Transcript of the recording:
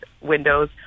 windows